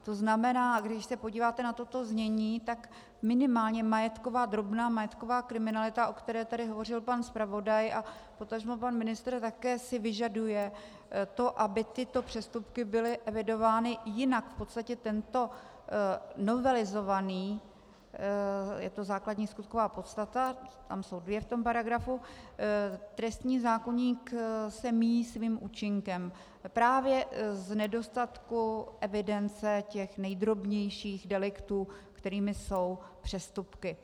To znamená, když se podíváte na toto znění, tak minimálně drobná majetková kriminalita, o které tady hovořil pan zpravodaj a potažmo pan ministr, si také vyžaduje to, aby tyto přestupky byly evidovány, jinak se v podstatě tento novelizovaný je to základní skutková podstata, tam jsou dvě v tom paragrafu trestní zákoník míjí svým účinkem právě z nedostatku evidence těch nejdrobnějších deliktů, kterými jsou přestupky.